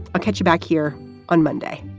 i'll catch you back here on monday